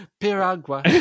Piragua